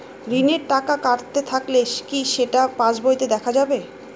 ঋণের টাকা কাটতে থাকলে কি সেটা পাসবইতে দেখা যাবে?